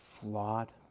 flawed